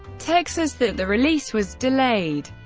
texas that the release was delayed.